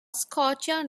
scotia